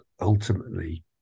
ultimately